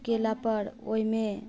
कयला पर ओहिमे